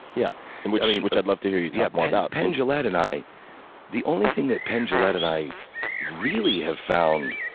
yeah and which which i'd love to hear you talk more about. penn jillette and i the only thing that penn jillette and i really have found